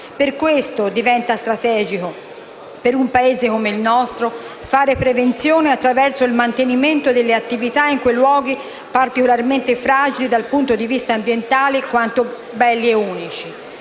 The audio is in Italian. Per questo diventa strategico, per un Paese come il nostro, fare prevenzione attraverso il mantenimento delle attività in quei luoghi particolarmente fragili dal punto di vista ambientale. È un